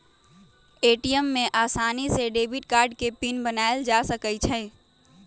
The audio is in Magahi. ए.टी.एम में आसानी से डेबिट कार्ड के पिन बनायल जा सकई छई